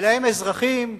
אלא הם אזרחים סוברנים,